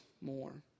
more